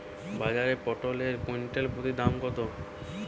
বাজারে পটল এর কুইন্টাল প্রতি দাম কত?